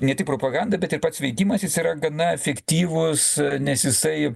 ne tik propaganda bet ir pats veikimas jis yra gana efektyvus nes jisai